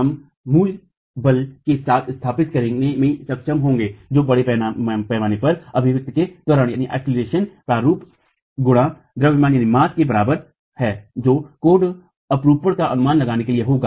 हम मूल बल के साथ स्थापित करने में सक्षम होंगे जो बड़े पैमाने पर अभिव्यक्ति के त्वरण प्रारूप गुणा द्रव्यमान के बराबर है जो कोड अपरूपण का अनुमान लगाने के लिए होगा